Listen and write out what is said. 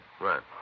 right